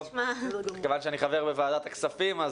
מכיוון שאני חבר בוועדת הכספים,